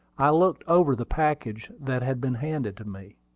i looked over the package that had been handed to me.